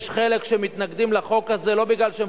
יש חלק שמתנגדים לחוק הזה לא בגלל שהם